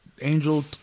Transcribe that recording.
Angel